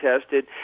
tested